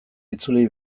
itzuli